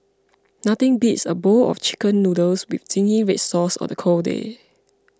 nothing beats a bowl of Chicken Noodles with Zingy Red Sauce on a cold day